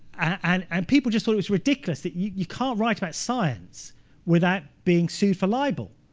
and and people just thought it was ridiculous that you can't write about science without being sued for libel.